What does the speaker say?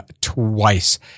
twice